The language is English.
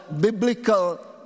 biblical